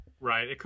Right